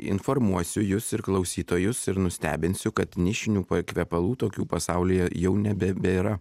informuosiu jus ir klausytojus ir nustebinsiu kad nišinių kvepalų tokių pasaulyje jau nebebėra